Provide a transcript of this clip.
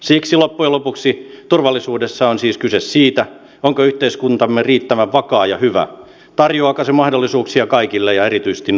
siksi loppujen lopuksi turvallisuudessa on siis kyse siitä onko yhteiskuntamme riittävän vakaa ja hyvä tarjoaako se mahdollisuuksia kaikille ja erityisesti nuorille